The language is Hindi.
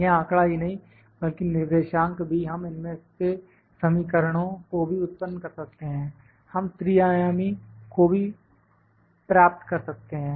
यह आंकड़ा ही नहीं बल्कि निर्देशांक भी हम इनमें से समीकरणों को भी उत्पन्न कर सकते हैं हम त्रिआयामी को भी प्राप्त कर सकते हैं